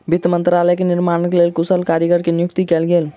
वित्त मंत्रालयक निर्माणक लेल कुशल कारीगर के नियुक्ति कयल गेल